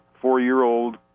four-year-old